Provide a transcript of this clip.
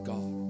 God